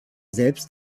selbst